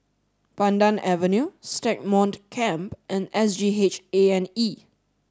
Pandan Avenue Stagmont Camp and S G H A and E